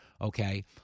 Okay